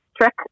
trick